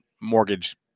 mortgage